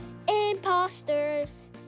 imposters